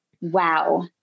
wow